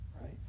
right